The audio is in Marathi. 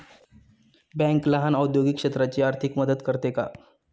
बँक लहान औद्योगिक क्षेत्राची आर्थिक मदत करते का?